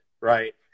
right